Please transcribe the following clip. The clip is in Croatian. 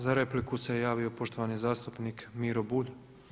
Za repliku se javio poštovani zastupnik Miro Bulj.